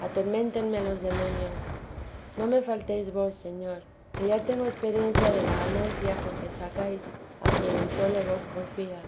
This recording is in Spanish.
atorméntenme los demonios no me faltéis vos señor que ya tengo experiencia de la ganancia con que sacáis a quien en sólo vos confía